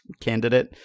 candidate